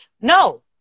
No